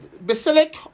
basilic